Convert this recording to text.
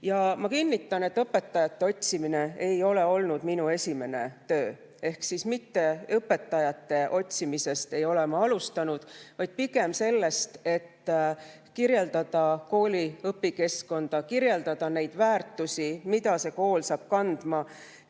Ja ma kinnitan, et töötajate otsimine ei ole olnud minu esimene töö. Mitte õpetajate otsimisest ei ole ma alustanud, vaid pigem sellest, et kirjeldada kooli õpikeskkonda, kirjeldada neid väärtusi, mida see kool saab kandma,